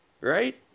right